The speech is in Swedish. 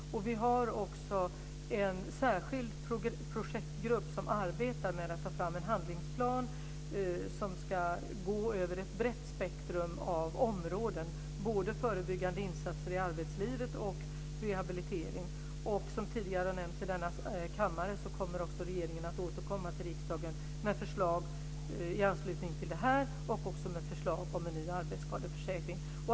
Vi har en särskild projektgrupp som arbetar med att ta fram en handlingsplan som ska gå över ett brett spektrum av områden, både förebyggande insatser i arbetslivet och rehabilitering. Som tidigare har nämnts i denna kammare kommer också regeringen att återkomma till riksdagen med förslag i anslutning till detta och med förslag till en ny arbetsskadeförsäkring.